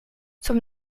zum